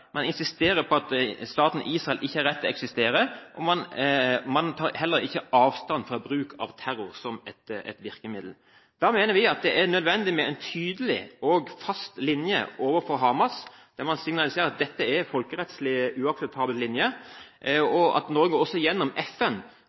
Man insisterer på at staten Israel ikke har en rett til å eksistere, og man tar heller ikke avstand fra bruk av terror som et virkemiddel. Da mener vi at det er nødvendig med en tydelig og fast linje overfor Hamas, der man signaliserer at dette er en folkerettslig uakseptabel linje. Norge må – gjennom FN